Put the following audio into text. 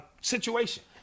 situation